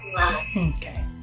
Okay